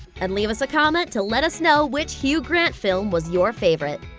and leave us a comment to let us know which hugh grant film was your favorite.